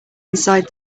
inside